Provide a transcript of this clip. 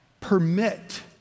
permit